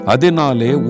Adinale